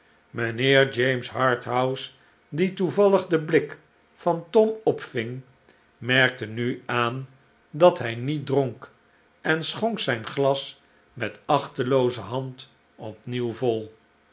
mijnheer james harthouse die toevallig den blik van tom opving merkte nu aan dat hij niet dronk en schonk zijn glas met achtelooze hand opnieuw vol